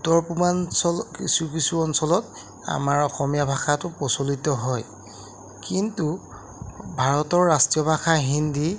উত্তৰ পূৰ্বাঞ্চল কিছু কিছু অঞ্চলত আমাৰ অসমীয়া ভাষাটো প্ৰচলিত হয় কিন্তু ভাৰতৰ ৰাষ্ট্ৰীয় ভাষা হিন্দী